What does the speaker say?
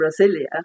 Brasilia